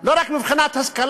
זה לא רק מבחינת השכלה.